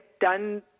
done